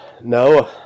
No